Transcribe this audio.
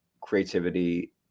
creativity